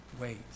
Wait